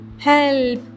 Help